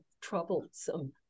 troublesome